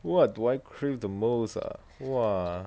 what do I crave the most ah !wah!